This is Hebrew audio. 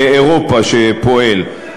באירופה, שפועל.